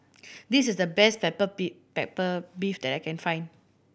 this is the best pepper beef pepper beef that I can find